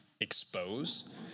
expose